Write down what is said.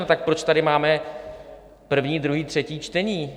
Tak proč tady máme první, druhé a třetí čtení?